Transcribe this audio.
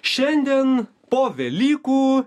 šiandien po velykų